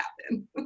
happen